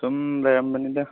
ꯁꯨꯝ ꯂꯩꯔꯝꯕꯅꯤꯗ